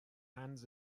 hands